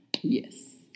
yes